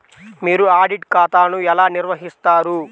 మీరు ఆడిట్ ఖాతాను ఎలా నిర్వహిస్తారు?